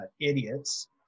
Idiots